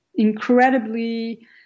incredibly